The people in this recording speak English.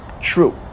True